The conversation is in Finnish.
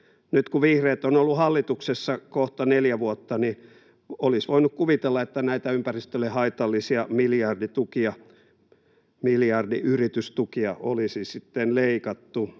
Nyt kun vihreät ovat olleet hallituksessa kohta neljä vuotta, olisi voinut kuvitella, että näitä ympäristölle haitallisia miljardiyritystukia olisi sitten leikattu.